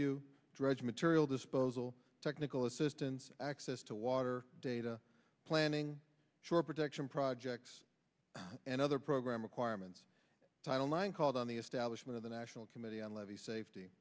w dredge material disposal technical assistance access to water data planning protection projects and other program requirements title nine called on the establishment of the national committee on levee safety